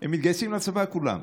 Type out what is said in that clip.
הם מתגייסים לצבא כולם.